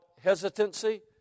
hesitancy